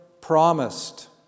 promised